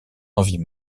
envies